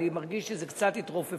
אני מרגיש איזה קצת התרופפות,